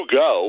go